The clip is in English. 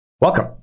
Welcome